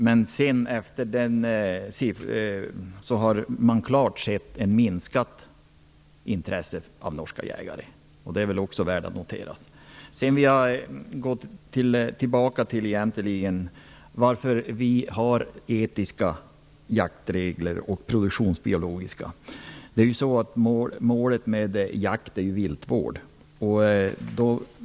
Men därefter har man sett ett klart minskat intresse från norska jägares sida. Detta är det väl också värt att notera. Jag vill återkomma till frågan om varför vi har etiska och produktionsbiologiska jaktregler. Målet med jakt är ju viltvård.